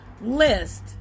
list